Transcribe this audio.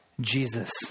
Jesus